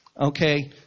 Okay